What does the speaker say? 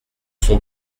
sont